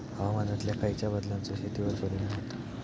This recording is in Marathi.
हवामानातल्या खयच्या बदलांचो शेतीवर परिणाम होता?